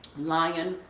lion,